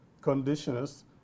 conditions